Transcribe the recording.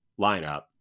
lineup